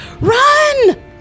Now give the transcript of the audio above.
run